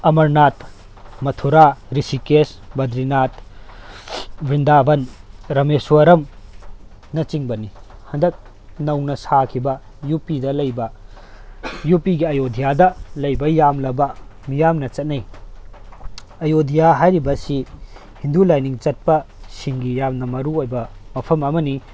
ꯑꯃꯔꯅꯥꯠ ꯃꯊꯨꯔꯥ ꯔꯤꯁꯤꯀꯦꯁ ꯕꯗ꯭ꯔꯤꯅꯥꯠ ꯕ꯭ꯔꯤꯟꯗꯥꯕꯟ ꯔꯥꯃꯦꯁꯣꯔꯝ ꯅꯆꯤꯡꯕꯅꯤ ꯍꯟꯗꯛ ꯅꯧꯅ ꯁꯥꯈꯤꯕ ꯌꯨ ꯄꯤꯗ ꯂꯩꯕ ꯌꯨ ꯄꯤꯒꯤ ꯑꯌꯣꯗꯤꯌꯥꯗ ꯂꯩꯕ ꯌꯥꯝꯂꯕ ꯃꯤꯌꯥꯝꯅ ꯆꯠꯅꯩ ꯍꯥꯏꯔꯤꯕꯁꯤ ꯍꯤꯟꯗꯨ ꯂꯥꯏꯅꯤꯡ ꯆꯠꯄꯁꯤꯡꯒꯤ ꯌꯥꯝꯅ ꯃꯔꯨ ꯑꯣꯏꯕ ꯃꯐꯝ ꯑꯃꯅꯤ